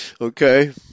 Okay